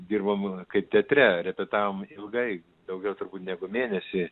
dirbom kaip teatre repetavom ilgai daugiau negu mėnesį